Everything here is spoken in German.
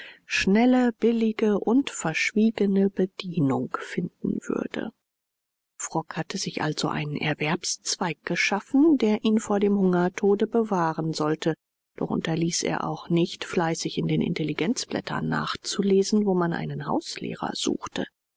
schnelle billige und verschwiegene bedienung finden würde frock hatte sich also einen erwerbszweig geschaffen der ihn vor dem hungertode bewahren sollte doch unterließ er auch nicht fleißig in den intelligenzblättern nachzulesen wo man einen hauslehrer suchte